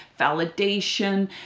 validation